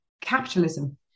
capitalism